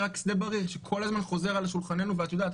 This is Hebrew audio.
רק שדה בריר שכל הזמן חוזר על שולחננו ואת יודעת,